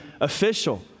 official